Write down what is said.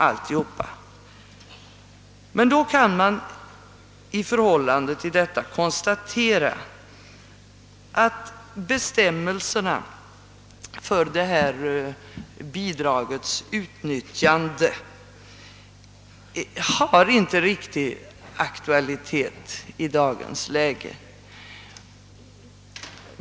Men man måste tyvärr konstatera att bidragsbestämmelserna inte helt har aktualitet i dagens läge.